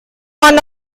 one